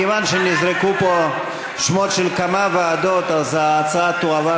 מכיוון שנזרקו פה שמות של כמה ועדות אז ההצעה תועבר